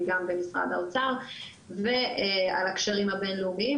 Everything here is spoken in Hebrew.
גם במשרד האוצר ועל הקשרים הבין-לאומיים,